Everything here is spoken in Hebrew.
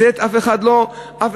את אף אחד זה לא מעניין,